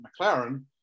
McLaren